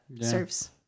serves